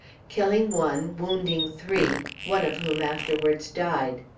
killing one, wounding three, one of whom afterwards died.